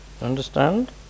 Understand